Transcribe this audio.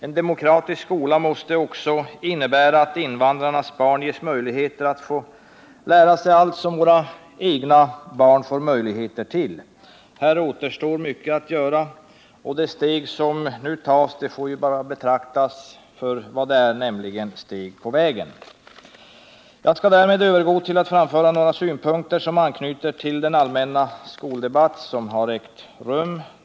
En demokratisk skola måste också innebära att invandrarnas barn har möjligheter att lära sig allt som våra egna barn har möjligheter till. Här återstår mycket att göra, och det steg som nu tas får betraktas för vad det nu är, nämligen ett steg på vägen. Jag skall därmed övergå till att framföra några synpunkter som anknyter till den allmänna skoldebatt som har ägt rum.